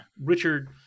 Richard